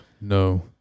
No